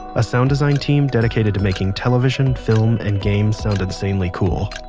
a sound design team dedicated to making television, film and games sound insanely cool.